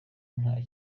nta